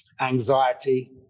anxiety